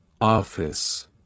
office